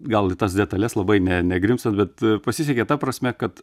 gal į tas detales labai ne negrimztant bet pasisekė ta prasme kad